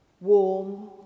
Warm